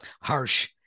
harsh